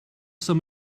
some